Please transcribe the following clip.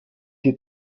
die